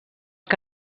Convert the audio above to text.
que